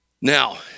Now